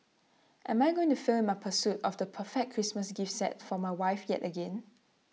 am I going to fail my pursuit of the perfect Christmas gift set for my wife yet again